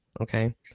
okay